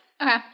Okay